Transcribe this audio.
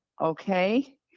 Okay